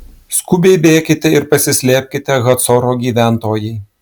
skubiai bėkite ir pasislėpkite hacoro gyventojai